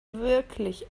wirklich